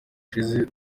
ushize